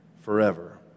forever